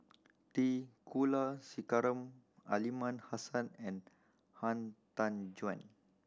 T Kulasekaram Aliman Hassan and Han Tan Juan